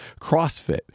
CrossFit